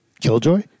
Killjoy